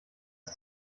ist